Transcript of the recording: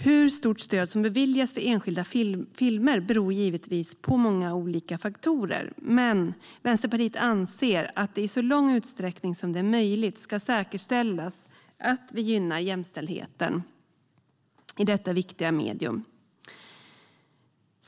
Hur stort stöd som beviljas för enskilda filmer beror givetvis på många olika faktorer, men Vänsterpartiet anser att det i så stor utsträckning som möjligt ska säkerställas att vi gynnar jämställdheten i detta viktiga medium.